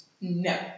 No